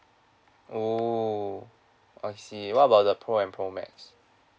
oo I see what about the pro and pro max